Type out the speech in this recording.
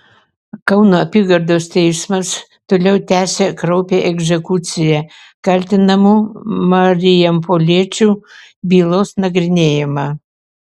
kauno apygardos teismas toliau tęsia kraupią egzekucija kaltinamų marijampoliečių bylos nagrinėjimą